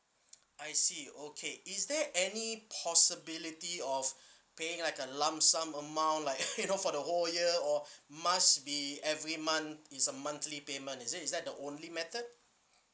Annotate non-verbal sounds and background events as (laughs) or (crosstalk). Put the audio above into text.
(noise) I see okay is there any possibility of paying like a lump sum amount like (laughs) you know for the whole year or must be every month it's a monthly payment is it is that the only method